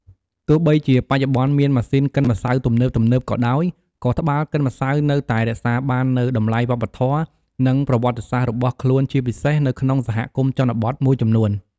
ទោះបីជាបច្ចុប្បន្នមានម៉ាស៊ីនកិនម្សៅទំនើបៗក៏ដោយ ក៏ត្បាល់កិនម្សៅនៅតែរក្សាបាននូវតម្លៃវប្បធម៌ និងប្រវត្តិសាស្ត្ររបស់ខ្លួន ជាពិសេសនៅក្នុងសហគមន៍ជនបទមួយចំនួន។